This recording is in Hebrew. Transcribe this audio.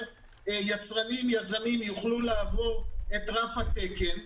יצרנים ויזמים יוכלו לעבור את רף התקן,